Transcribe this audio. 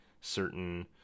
certain